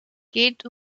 geht